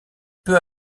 peu